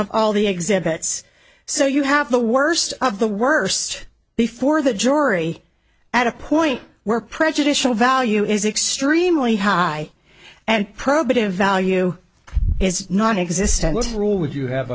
of all the exhibits so you have the worst of the worst before the jury at a point where prejudicial value is extremely high and probative value is nonexistent rule would you have